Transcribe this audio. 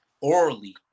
orally